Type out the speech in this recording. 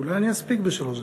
אולי אני אספיק בשלוש דקות.